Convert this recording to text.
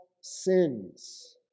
sins